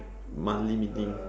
monthly meeting